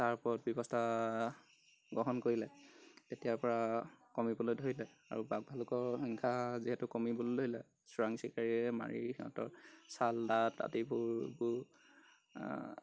তাৰ ওপৰত ব্যৱস্থা গ্ৰহণ কৰিলে তেতিয়াৰ পৰা কমিবলৈ ধৰিলে আৰু বাঘ ভালুকৰ সংখ্যা যিহেতু কমিবলৈ ধৰিলে চোৰাং চিকাৰীয়ে মাৰি সিহঁতৰ চাল দাঁত আদিবোৰ বোৰ